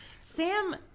Sam